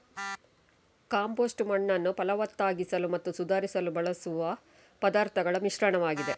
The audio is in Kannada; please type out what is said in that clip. ಕಾಂಪೋಸ್ಟ್ ಮಣ್ಣನ್ನು ಫಲವತ್ತಾಗಿಸಲು ಮತ್ತು ಸುಧಾರಿಸಲು ಬಳಸುವ ಪದಾರ್ಥಗಳ ಮಿಶ್ರಣವಾಗಿದೆ